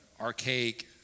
archaic